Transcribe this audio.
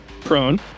prone